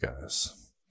guys